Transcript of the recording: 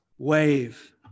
Wave